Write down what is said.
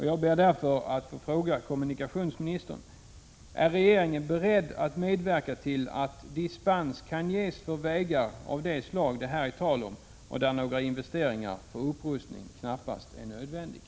Jag ber därför att få fråga kommunikationsministern: Är regeringen beredd att medverka till att dispens kan ges för vägar av det slag det här är tal om och där några investeringar för upprustning knappast är nödvändiga?